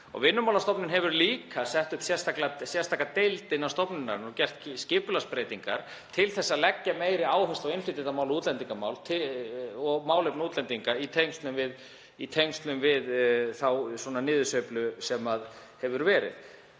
Vinnumálastofnun hefur líka sett upp sérstaka deild innan stofnunarinnar og gert skipulagsbreytingar til að leggja meiri áherslu á innflytjendamál og útlendingamál og málefni útlendinga í tengslum við þá niðursveiflu sem verið